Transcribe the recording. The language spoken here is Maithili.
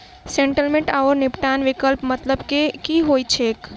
सेटलमेंट आओर निपटान विकल्पक मतलब की होइत छैक?